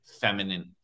feminine